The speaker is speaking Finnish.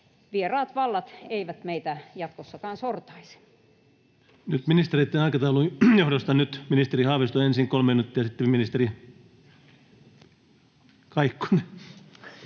vieraat vallat eivät meitä jatkossakaan sortaisi.